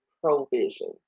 provision